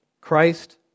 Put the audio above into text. Christ